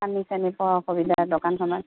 পানী চানি পোৱা অসুবিধা দোকানখনত